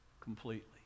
completely